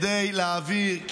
כדי להעביר,